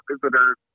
visitors